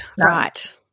Right